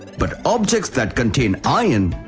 but objects that contain iron,